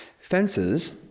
Fences